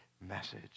message